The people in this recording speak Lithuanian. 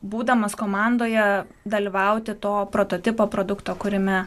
būdamas komandoje dalyvauti to prototipo produkto kūrime